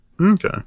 Okay